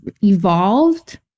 evolved